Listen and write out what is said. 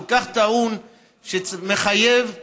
זה כל כך טעון שזה מחייב אמירה,